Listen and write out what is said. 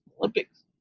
Olympics